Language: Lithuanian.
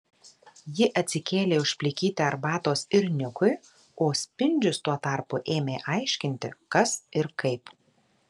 ji atsikėlė užplikyti arbatos ir nikui o spindžius tuo tarpu ėmė aiškinti kas ir kaip